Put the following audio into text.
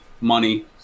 money